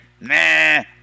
nah